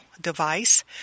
Device